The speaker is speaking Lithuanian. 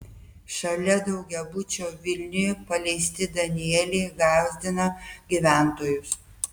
šalia daugiabučio vilniuje paleisti danieliai gąsdina gyventojus